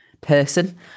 person